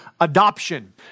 adoption